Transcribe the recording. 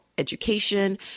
education